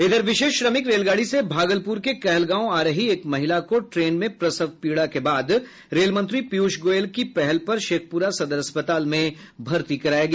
इधर विशेष श्रमिक रेलगाड़ी से भागलपुर के कहलगांव आ रही एक महिला को ट्रेन में प्रसव पीड़ा के बाद रेलमंत्री पीयूष गोयल की पहल पर शेखपुरा सदर अस्पताल में भर्ती कराया गया